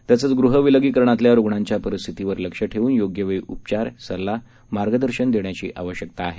तसंच गृहविलगीकरणातल्या रुग्णांच्या परिस्थितवर लक्ष ठेवून योग्यवेळी उपचार सल्ला मार्गदर्शन देण्याची आवश्यकता आहे